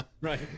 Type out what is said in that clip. Right